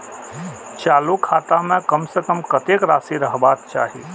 चालु खाता में कम से कम कतेक राशि रहबाक चाही?